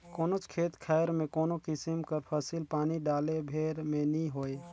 कोनोच खेत खाएर में कोनो किसिम कर फसिल पानी डाले भेर में नी होए